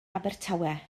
abertawe